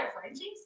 Frenchies